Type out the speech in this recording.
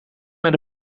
met